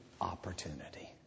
opportunity